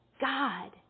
God